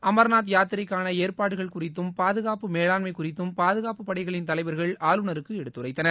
அர்நாத் யாத்திரைக்காள ஏற்பாடுகள் குறித்தும் பாதுகாப்பு மேலாண்மை குறித்தும் பாதுகாப்பு படைகளின் தலைவர்கள் ஆளுநருக்கு எடுத்துரைத்தனர்